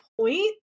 point